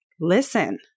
listen